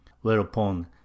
whereupon